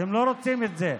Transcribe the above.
אתם לא רוצים את זה.